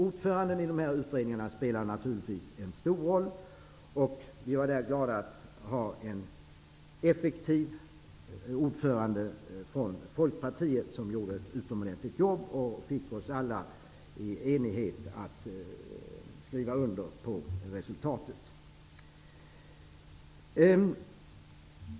Ordförandena i de här utredningarna spelar naturligtvis en stor roll. Vi var glada att ha en effektiv ordförande från Folkpartiet som gjorde ett utomordentligt jobb och fick oss alla att i enighet skriva under på resultatet.